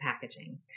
packaging